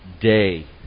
day